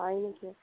হয় নেকি